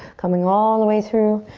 coming all the way through.